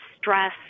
stress